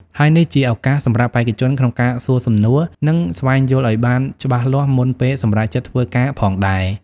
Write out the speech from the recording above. ហើយនេះជាឱកាសសម្រាប់បេក្ខជនក្នុងការសួរសំណួរ និងស្វែងយល់ឲ្យបានច្បាស់លាស់មុនពេលសម្រេចចិត្តធ្វើការផងដែរ។